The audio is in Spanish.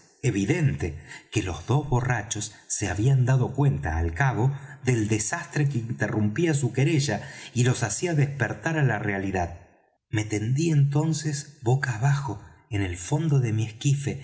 evidente que los dos borrachos se habían dado cuenta al cabo del desastre que interrumpía su querella y los hacía despertar á la realidad me tendí entonces boca abajo en el fondo de mi esquife